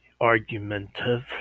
argumentative